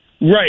Right